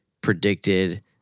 predicted